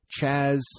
Chaz